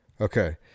Okay